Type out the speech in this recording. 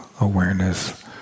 awareness